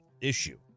issue